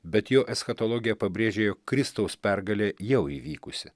bet jo eschatologija pabrėžė jog kristaus pergalė jau įvykusi